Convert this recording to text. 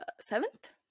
Seventh